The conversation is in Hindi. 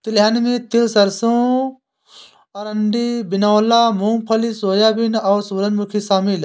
तिलहन में तिल सरसों अरंडी बिनौला मूँगफली सोयाबीन और सूरजमुखी शामिल है